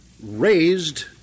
raised